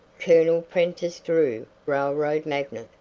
colonel prentiss drew, railroad magnate,